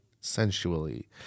sensually